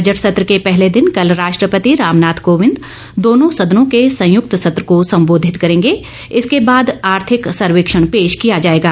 budget सत्र के पहले दिन कल राष्ट्रपति रामनाथ कोविंद दोनों सदनों के संयुक्त सत्र को सम्बोधित करेंगे इसके बाद आर्थिक सर्वेक्षण पेश किया जायेगा